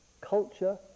culture